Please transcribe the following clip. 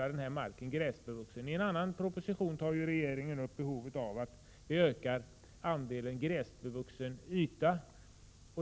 Regeringen tar juien proposition upp behovet av att öka andelen gräsbevuxen yta.